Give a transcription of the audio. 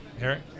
Eric